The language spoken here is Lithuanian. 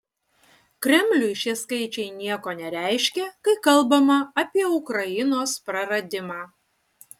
kremliui šie skaičiai nieko nereiškia kai kalbama apie ukrainos praradimą